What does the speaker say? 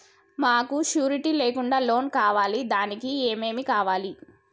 మాకు షూరిటీ లేకుండా లోన్ కావాలి దానికి ఏమేమి కావాలి?